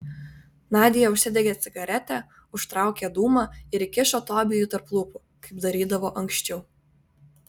nadia užsidegė cigaretę užtraukė dūmą ir įkišo tobijui tarp lūpų kaip darydavo anksčiau